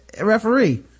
referee